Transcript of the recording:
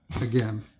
again